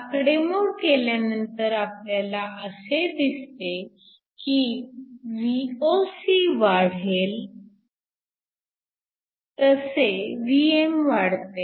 आकडेमोड केल्यानंतर आपल्याला असे दिसते की Voc वाढेल तसे Vm वाढते